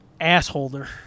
...assholder